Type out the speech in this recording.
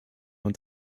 und